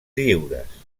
lliures